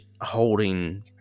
holding